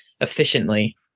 efficiently